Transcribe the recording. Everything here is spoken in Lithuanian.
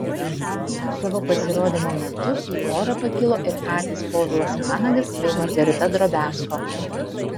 savo pasirodymo metu į orą pakilo ir patys povilas vanagas bei margarita drobiazko